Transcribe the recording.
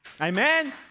Amen